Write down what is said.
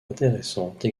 intéressantes